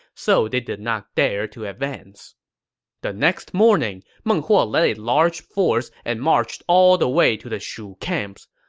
so they did not dare to advance the next morning, meng huo led a large force and marched all the way to the shu camps.